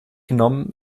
genommen